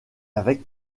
avec